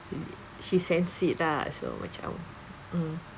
she she sense it lah so macam mm